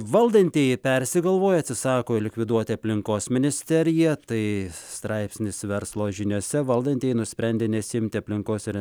valdantieji persigalvojo atsisako likviduoti aplinkos ministeriją tai straipsnis verslo žiniose valdantieji nusprendė nesiimti aplinkos ir